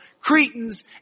Cretans